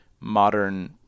modern